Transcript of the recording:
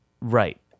Right